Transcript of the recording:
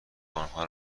آنها